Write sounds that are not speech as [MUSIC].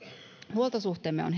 huoltosuhteemme on [UNINTELLIGIBLE]